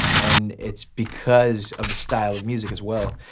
and it's because of the style of music as well.